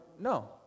No